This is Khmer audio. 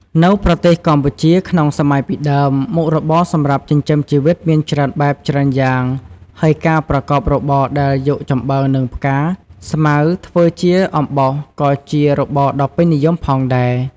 នៅប្រទេសកម្ពុជាក្នុងសម័យពីដើមមុខរបរសម្រាប់ចិញ្ចឺមជីវិតមានច្រើនបែបច្រើនយ៉ាងហើយការប្រកបរបរដែលយកចំបើងនិងផ្កាស្មៅធ្វើជាអំបោសក៏ជារបរដ៏ពេញនិយមផងដែរ។